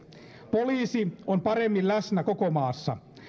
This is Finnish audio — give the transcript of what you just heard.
poliisi on paremmin läsnä koko maassa